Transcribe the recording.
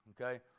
okay